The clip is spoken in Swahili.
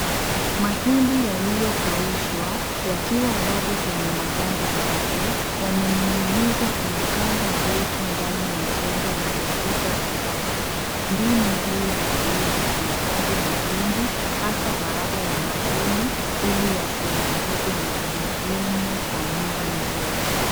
Mahindi yaliyokaushwa, yakiwa bado kwenye maganda yake, yamening'inizwa kwenye kamba ndefu ndani ya jengo lenye kuta za mbao. Mbinu hii hutumika kuhifadhi mahindi, hasa baada ya mavuno, ili yasiharibike na kuhudumu kwa muda mrefu.